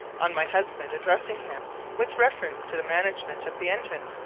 on my husband addressing him with reference to the management of the engine.